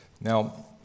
Now